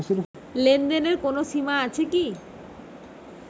লেনদেনের কোনো সীমা আছে কি?